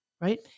Right